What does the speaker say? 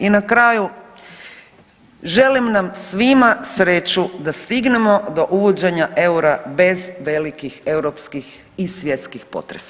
I na kraju, želim nam svima sreću da stignemo do uvođenja eura bez velikih europskih i svjetskih potresa.